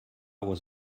was